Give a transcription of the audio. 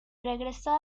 regresó